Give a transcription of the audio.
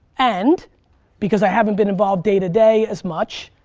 and because i haven't been involved day to day as much,